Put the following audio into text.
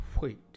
wait